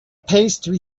pastry